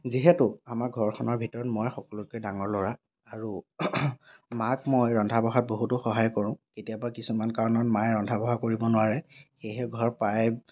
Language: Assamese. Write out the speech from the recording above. যিহেতু আমাৰ ঘৰখনৰ ভিতৰত মই সকলোতকৈ ডাঙৰ ল'ৰা আৰু মাক মই ৰন্ধা বঢ়াত বহুতো সহায় কৰোঁ কেতিয়াবা কিছুমান কাৰণত মায়ে ৰন্ধা বঢ়া কৰিব নোৱাৰে সেয়েহে ঘৰৰ প্ৰায়